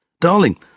Darling